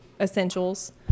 essentials